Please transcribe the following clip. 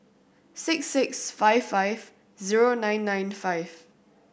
six six five five zero nine nine five